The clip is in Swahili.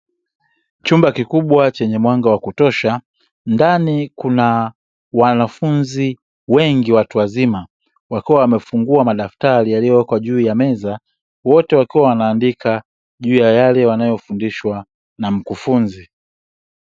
Chumba kikubwa chenye mwanga wa kutosha ndani kuna wanafunzi wengi watu wazima wakiwa wamefungua madaftari yaliyowekwa juu ya meza, wote wakiwa waaandika juu ya yale wanayofundishwa na mkufunzi.